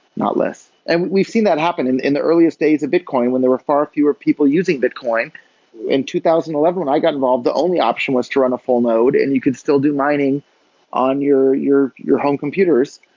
not less. and we've seen that happen in in the earliest days of bitcoin, when there were far fewer people using bitcoin in two thousand and eleven, when i got involved the only option was to run a full node and you can still do mining on your your home computers,